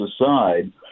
aside